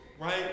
Right